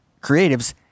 creatives